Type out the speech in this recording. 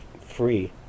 free